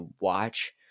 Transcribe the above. watch